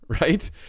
right